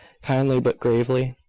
kindly but gravely.